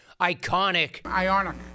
iconic